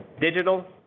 digital